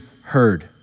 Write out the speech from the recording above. heard